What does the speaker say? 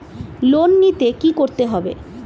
Loan নিতে কী করতে হবে?